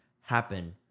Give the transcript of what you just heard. happen